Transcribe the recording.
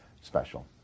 special